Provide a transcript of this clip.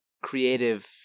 creative